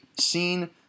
seen